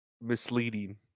misleading